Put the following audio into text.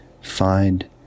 find